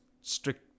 strict